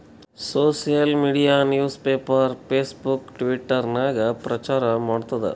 social media news paper, Facebook, Twitter ನಾಗ್ ಪ್ರಚಾರ್ ಮಾಡ್ತುದ್